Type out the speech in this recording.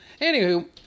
Anywho